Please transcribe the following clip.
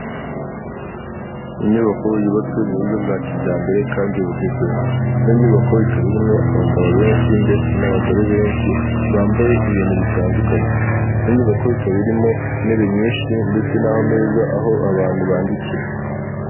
Inyubako yubatswe mu buryo bwa kijyambere kandi bugezweho, ino nyubako ikaba irimo abagabo benshi ndetse n'abagore benshi bambaye ibintu bitandukanye, ino inyubako ikaba irimo intebe nyinshi ndetse n'aho ameza aho abantu bandikira.